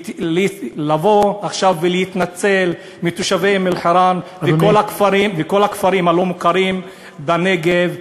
לבוא עכשיו ולהתנצל בפני תושבי אום-אלחיראן וכל הכפרים הלא-מוכרים בנגב,